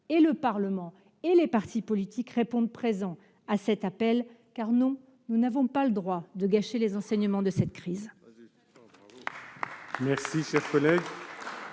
le Parlement et les partis politiques répondent « présent », car nous n'avons pas le droit de gâcher les enseignements de cette crise.